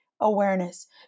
awareness